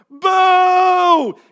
Boo